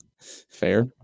fair